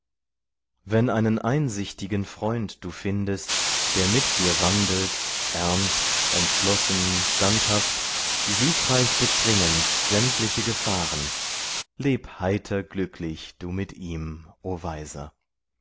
wenn einen einsichtigen freund du findest der mit dir wandelt ernst entschlossen standhaft siegreich bezwingend sämtliche gefahren leb heiter glücklich du mit ihm o weiser